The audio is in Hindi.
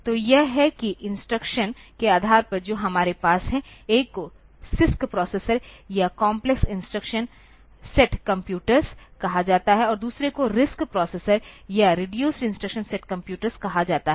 तो यह है कि इंस्ट्रक्शंस के आधार पर जो हमारे पास है एक को CISC प्रोसेसर या काम्प्लेक्स इंस्ट्रक्शन सेट कम्प्यूटर्स कहा जाता है और दूसरे को RISC प्रोसेसर या रेडूसेड इंस्ट्रक्शन सेट कम्प्यूटर्स कहा जाता है